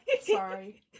Sorry